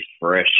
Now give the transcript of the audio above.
fresh